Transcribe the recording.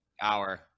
hour